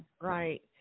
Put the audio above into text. Right